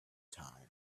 time